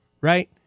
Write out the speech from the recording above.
right